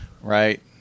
Right